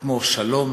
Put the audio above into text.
כמו שלום,